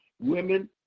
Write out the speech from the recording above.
women